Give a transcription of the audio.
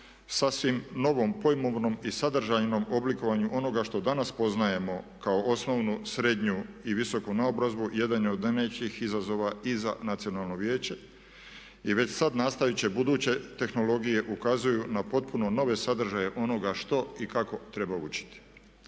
sasvim novom pojmovnom i sadržajnom oblikovanju onoga što danas poznajemo kao osnovnu, srednju i visoku naobrazbu, jedan je od najvećih izazova i za Nacionalno vijeće i već sada nastajuće buduće tehnologije ukazuju na potpuno nove sadržaje onoga što i kako treba učiti.